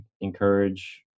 encourage